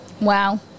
wow